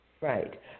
Right